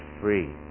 free